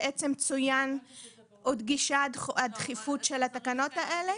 צוינה הדחיפות לתקנות האלה.